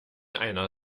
einer